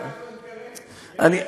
אני,